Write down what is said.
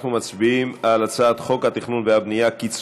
אנחנו מצביעים על הצעת חוק התכנון והבנייה (תיקון,